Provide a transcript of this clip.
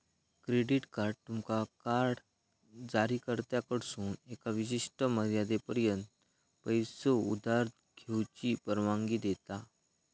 credit card तुमका card जारीकर्त्याकडसून एका विशिष्ट मर्यादेपर्यंत पैसो उधार घेऊची परवानगी देता